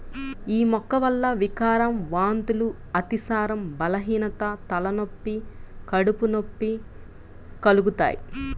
యీ మొక్క వల్ల వికారం, వాంతులు, అతిసారం, బలహీనత, తలనొప్పి, కడుపు నొప్పి కలుగుతయ్